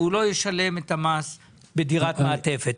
ולא ישלם את המס בדירת מעטפת,